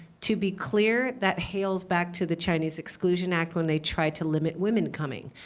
to be clear, that hails back to the chinese exclusion act when they tried to limit women coming.